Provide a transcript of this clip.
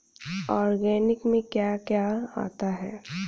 Organic में क्या क्या आता है?